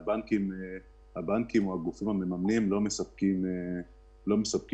ממקום שהבנקים או הגופים המממנים לא מספקים אשראי